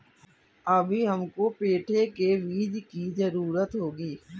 अभी हमको पेठे के बीज की जरूरत होगी